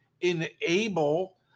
enable